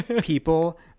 people